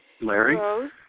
Larry